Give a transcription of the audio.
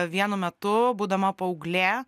vienu metu būdama paauglė